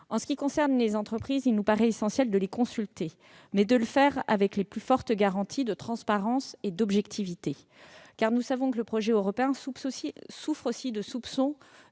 En ce qui concerne les entreprises, il nous paraît essentiel de les consulter, mais de le faire avec les plus fortes garanties de transparence et d'objectivité, car nous savons que le projet européen souffre aussi de soupçons